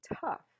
tough